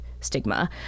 stigma